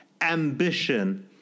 ambition